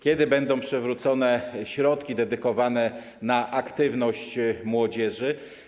Kiedy będą przywrócone środki dedykowane aktywności młodzieży?